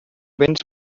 béns